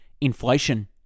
Inflation